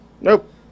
Nope